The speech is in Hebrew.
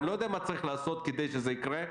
אני לא יודע מה צריך לעשות כדי שזה יקרה,